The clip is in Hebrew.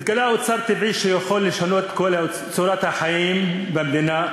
נתגלה אוצר טבעי שיכול לשנות את כל צורת החיים במדינה.